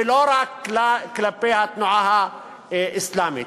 ולא רק כלפי התנועה האסלאמית.